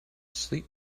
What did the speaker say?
sleep